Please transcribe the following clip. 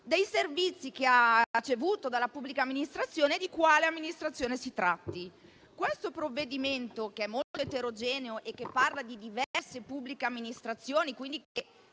dei servizi che ha ricevuto dalla pubblica amministrazione e di quale amministrazione si tratti. Questo provvedimento che è molto eterogeneo e che parla di diverse pubbliche amministrazioni, che quindi che